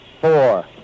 four